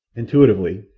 intuitively,